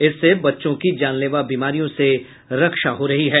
इससे बच्चों की जानलेवा बीमारियों से रक्षा हो रही है